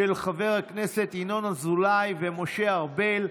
של חבר הכנסת ינון אזולאי וחבר הכנסת משה ארבל.